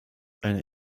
eine